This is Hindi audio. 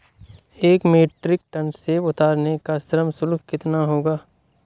एक मीट्रिक टन सेव उतारने का श्रम शुल्क कितना होगा?